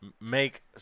make